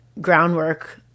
groundwork